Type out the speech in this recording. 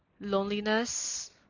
loneliness